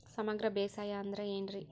ಸಮಗ್ರ ಬೇಸಾಯ ಅಂದ್ರ ಏನ್ ರೇ?